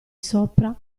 sopra